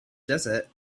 desert